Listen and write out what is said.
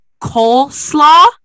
Coleslaw